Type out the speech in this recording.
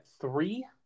three